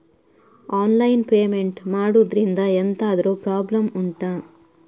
online payment ಮಾಡುದ್ರಿಂದ ಎಂತಾದ್ರೂ problem ಉಂಟಾ